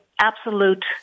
absolute